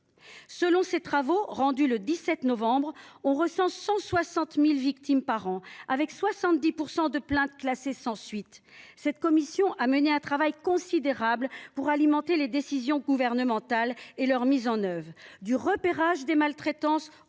son rapport rendu public le 17 novembre. Alors qu’on recense 160 000 victimes par an, 70 % des plaintes sont classées sans suite. Cette commission a effectué un travail considérable pour alimenter les décisions gouvernementales et leur mise en œuvre, du repérage des maltraitances